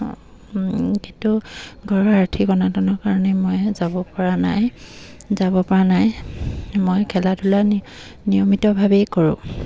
কিন্তু ঘৰৰ আৰ্থিক অনাটনৰ কাৰণে মই যাবপৰা নাই যাবপৰা নাই মই খেলা ধূলা নিয়মিতভাৱেই কৰোঁ